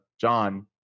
John